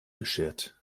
beschert